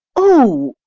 oh!